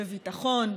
בביטחון,